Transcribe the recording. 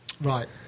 right